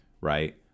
Right